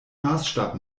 maßstab